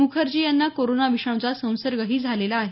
मुखर्जी यांना कोरोना विषाणूचा संसर्गही झालेला आहे